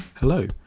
Hello